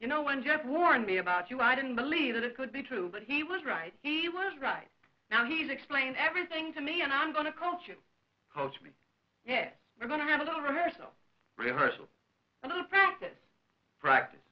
you know when jeff warned me about you i didn't believe it could be true but he was right he was right now he's explain everything to me and i'm going to culture house me yes we're going to have a little rehearsal rehearsal i don't practice practice